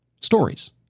Stories